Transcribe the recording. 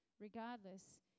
regardless